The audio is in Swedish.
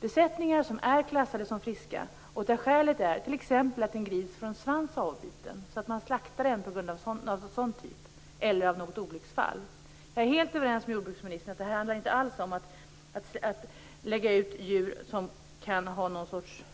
besättningar som är klassade som friska och där skälet till slakten t.ex. är att en gris får en svans avbiten eller att något olycksfall inträffar. Jag är helt överens med jordbruksministern om att det inte alls handlar om att lägga ut djur som kan ha någon sjukdom.